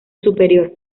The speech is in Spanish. superior